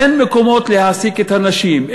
אין מקומות להעסיק את הנשים,